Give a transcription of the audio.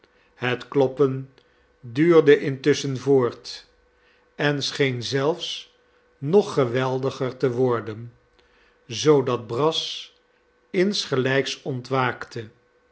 het kloppen duurde intusschen voort en scheen zelfs nog geweldiger te worden zoodat brass insgelijks ontwaakte